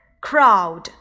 crowd